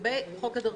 לגבי חוק הדרכונים,